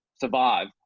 survive